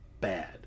bad